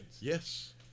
Yes